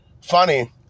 Funny